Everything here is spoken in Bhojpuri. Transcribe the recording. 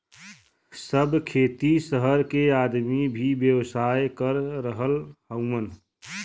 सब खेती सहर के आदमी भी व्यवसाय कर रहल हउवन